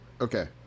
Okay